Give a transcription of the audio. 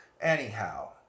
Anyhow